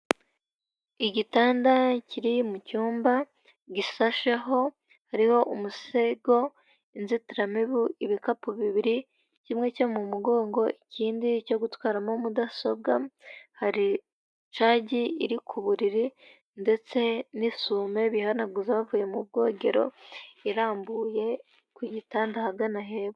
Igitanda kiri mu cyumba gishasheho hariho umusego, inzitiramibu, ibikapu bibiri, kimwe cyo mu mugongo ikindi cyo gutwaramo mudasobwa, hari cagi iri ku buriri ndetse n'isume bihanaguza bavuye mu bwogero irambuye ku gitanda ahagana hepfo.